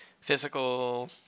physical